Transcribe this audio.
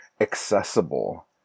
accessible